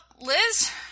liz